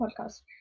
Podcast